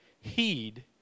heed